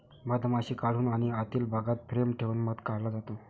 मधमाशी काढून आणि आतील भागात फ्रेम ठेवून मध काढला जातो